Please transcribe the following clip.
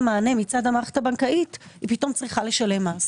מענה מצד המערכת הבנקאית היא צריכה לשלם מס.